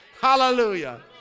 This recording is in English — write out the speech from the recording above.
Hallelujah